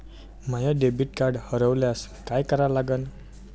माय debit card हरोल्यास काय करा लागन?